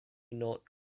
not